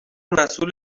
مسئول